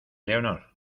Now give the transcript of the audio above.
leonor